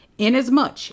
inasmuch